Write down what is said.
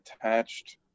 attached